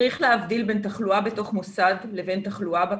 צריך להבדיל בין תחלואה בתוך מוסד לבין תחלואה בקהילה.